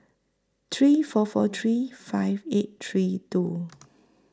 three four four three five eight three two